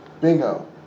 Bingo